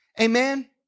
Amen